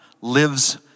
lives